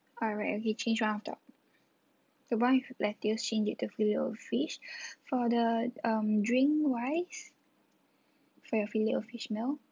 alright and we change one of the the one with lettuce change it to filet O fish for the um drink wise for your filet O fish meal